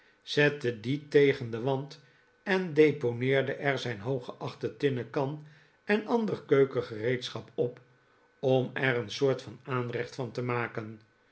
zette die tegen den wand en deponeerde er zijn hooggeachte tinnen kan en ander keukengereedschap op om er een soort van aanrecht van te maken